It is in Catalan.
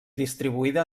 distribuïda